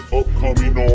upcoming